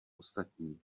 ostatní